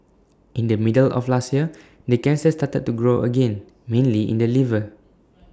in the middle of last year the cancer started to grow again mainly in the liver